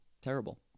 Terrible